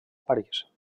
parís